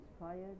inspired